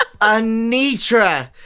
Anitra